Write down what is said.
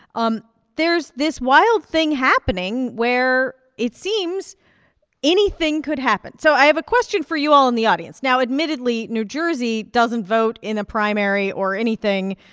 um there's this wild thing happening where it seems anything could happen. so i have a question for you all in the audience. now, admittedly, new jersey doesn't vote in a primary or anything,